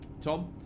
Tom